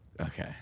Okay